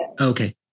Okay